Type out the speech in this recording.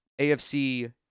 AFC